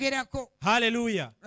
Hallelujah